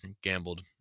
gambled